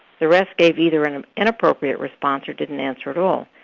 the rest gave either and an inappropriate response or didn't answer at all.